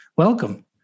welcome